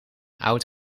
oud